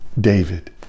David